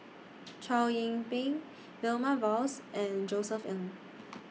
Chow Yian Ping Vilma Laus and Josef Ng